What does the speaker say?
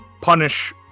punish